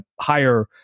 higher